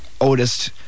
oldest